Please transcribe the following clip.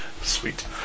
Sweet